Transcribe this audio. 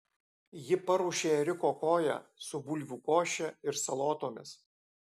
ji paruošė ėriuko koją su bulvių koše ir salotomis